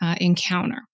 encounter